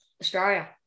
Australia